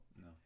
No